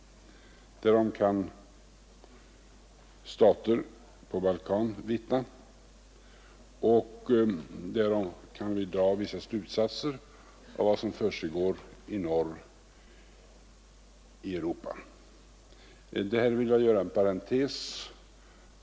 Därom kan stater på Balkan vittna och därom kan vi dra vissa slutsatser av vad som försiggår i norr i Europa. Här vill jag göra en parentes.